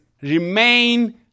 remain